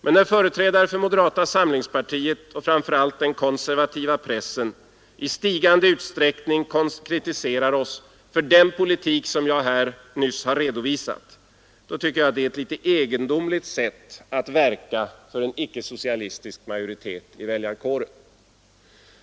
Men när företrädare för moderata samlingpartiet och framför allt den konservativa pressen i stigande utsträckning kritiserar oss för den politik som jag här nyss har redovisat, då finner jag det vara ett något egendomligt sätt att verka för en icke-socialistisk majoritet i väljarkåren.